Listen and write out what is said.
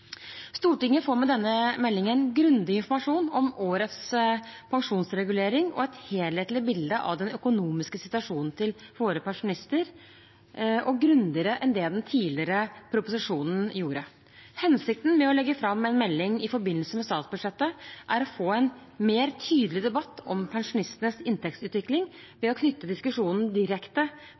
Stortinget får med denne meldingen grundig informasjon om årets pensjonsregulering og et helhetlig bilde av den økonomiske situasjonen for våre pensjonister – grundigere enn det den tidligere proposisjonen gjorde. Hensikten med å legge fram en melding i forbindelse med statsbudsjettet er å få en tydeligere debatt om pensjonistenes inntektsutvikling ved å knytte diskusjonen direkte